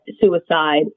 suicide